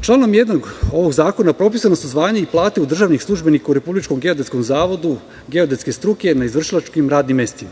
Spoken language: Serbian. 1. ovog zakona su propisana zvanja i plate državnih službenika u Republičkom geodetskom zavodu geodetske struke na izvršilačkim radnim mestima.